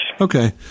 Okay